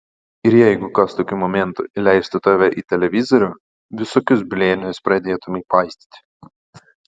ir jeigu kas tokiu momentu įleistų tave į televizorių visokius blėnius pradėtumei paistyti